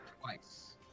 twice